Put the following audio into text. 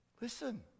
Listen